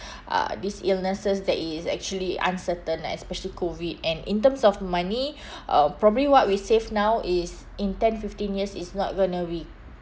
uh these illnesses that is actually uncertain especially COVID and in terms of money uh probably what we save now is in ten fifteen years is not going to be